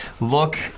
look